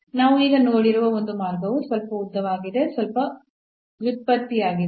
ನಾವು ಈಗ ನೋಡಿರುವ ಒಂದು ಮಾರ್ಗವು ಸ್ವಲ್ಪ ಉದ್ದವಾಗಿದೆ ಸ್ವಲ್ಪ ವ್ಯುತ್ಪತ್ತಿಯಾಗಿದೆ